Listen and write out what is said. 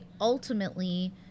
ultimately